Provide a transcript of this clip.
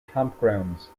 campgrounds